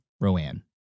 Rowan